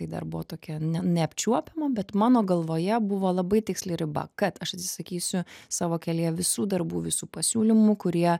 tai dar buvo tokia ne neapčiuopiama bet mano galvoje buvo labai tiksli riba kad aš atsisakysiu savo kelyje visų darbų visų pasiūlymų kurie